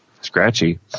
Scratchy